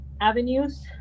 avenues